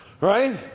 Right